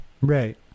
Right